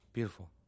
Beautiful